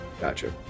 gotcha